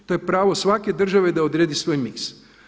To je pravo svake države da odredi svoj miks.